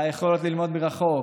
על היכולת ללמוד מרחוק,